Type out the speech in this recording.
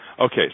Okay